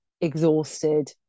exhausted